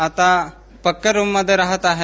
आता पक्क्या रुम मध्ये राहत आहे